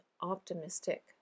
optimistic